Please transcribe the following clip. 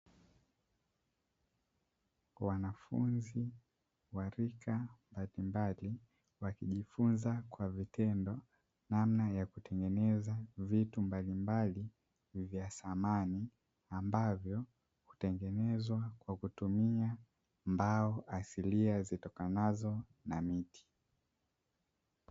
Wanafunzi wa rika mbalimbali wakijifunza kwa vitendo namna ya kutengeneza vitu mbalimbali vya samani, ambavyo hutengenezwa kwa kutumia mbao asilia zitokanazo na miti.